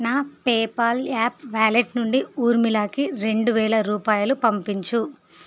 నా PayPal app wallet నుండి ఊర్మిళకి రెండు వేల రూపాయలు పంపించు